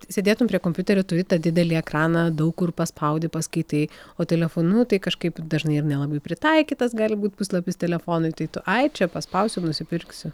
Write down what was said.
sėdėtum prie kompiuterio turi tą didelį ekraną daug kur paspaudi paskaitai o telefonu tai kažkaip dažnai ir nelabai pritaikytas gali būt puslapis telefonui tai tu ai čia paspausiu nusipirksiu